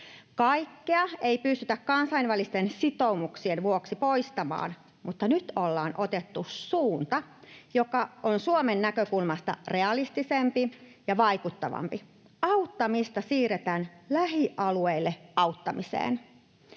Kaikkea ei pystytä kansainvälisten sitoumusten vuoksi poistamaan, mutta nyt ollaan otettu suunta, joka on Suomen näkökulmasta realistisempi ja vaikuttavampi: auttamista siirretään lähialueilla auttamiseen.